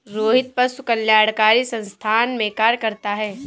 रोहित पशु कल्याणकारी संस्थान में कार्य करता है